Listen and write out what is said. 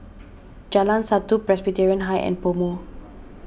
Jalan Satu Presbyterian High and PoMo